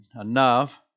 enough